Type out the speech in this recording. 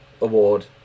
Award